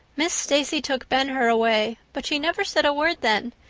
miss stacy took ben hur away but she never said a word then.